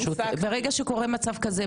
ברגע שקורה מצב כזה,